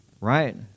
right